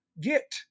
get